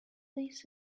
this